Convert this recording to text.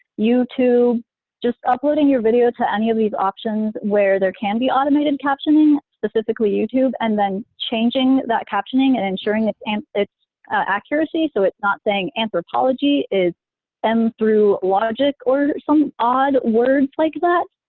youtube. just uploading your video to any of these options where there can be automated captioning, specifically youtube, and then changing that captioning and ensuring its an its accuracy, so it's not saying anthropology, it's em through logic or some odd words like that,